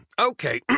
Okay